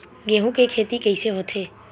गेहूं के खेती कइसे होथे?